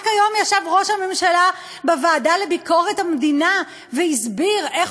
רק היום ישב ראש הממשלה בוועדה לביקורת המדינה והסביר איך